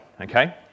okay